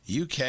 UK